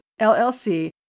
LLC